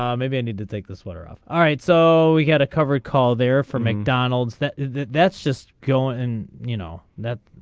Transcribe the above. um maybe i need to take this water off all right so we had a covered call there from mcdonald's that that that's just go and you know that.